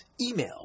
Email